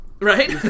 Right